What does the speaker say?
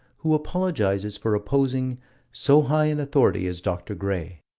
who apologizes for opposing so high an authority as dr. gray,